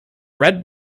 red